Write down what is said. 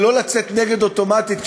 ולא לצאת נגד אוטומטית,